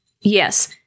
Yes